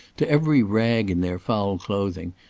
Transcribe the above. to every rag in their foul clothing,